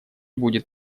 будет